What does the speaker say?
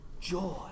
joy